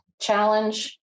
challenge